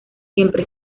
siempre